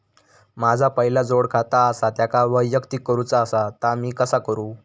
माझा पहिला जोडखाता आसा त्याका वैयक्तिक करूचा असा ता मी कसा करू?